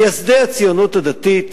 מייסדי הציונות הדתית